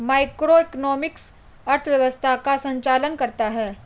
macroeconomics अर्थव्यवस्था का संचालन करता है